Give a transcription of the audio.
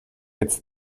its